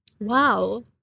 Wow